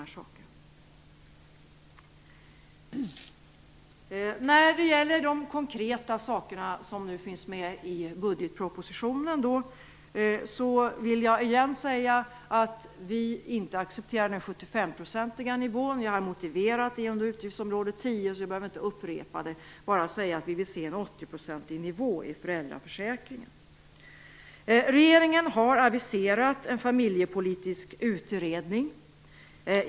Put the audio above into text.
När det gäller de konkreta frågorna i budgetpropositionen vill jag igen säga att vi inte accepterar den sjuttiofemprocentiga nivån. Jag har motiverat det i samband med utgiftsområde 10 så jag behöver inte upprepa det, jag vill bara säga att vi vill se en åttioprocentig nivå i föräldraförsäkringen. Regeringen har aviserat en familjepolitisk utredning.